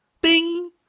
bing